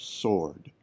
sword